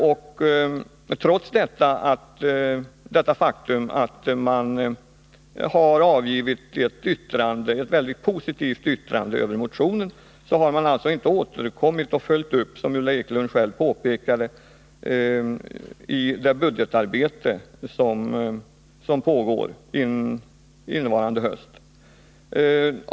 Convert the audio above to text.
Trots att man avgivit ett mycket positivt yttrande över motionen har man alltså inte fört upp det i det budgetarbete som pågår innevarande höst.